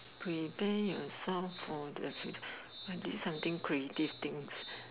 prepare yourself for the future I did something creative things